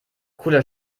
cooler